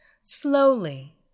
Slowly